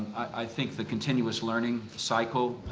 i think the continuous learning cycle